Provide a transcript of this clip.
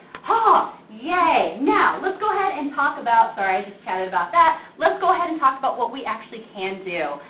but yay! now, let's go ahead and talk about. sorry, i just chatted about that. let's go ahead and talk about what we actually can do.